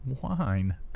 Wine